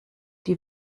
die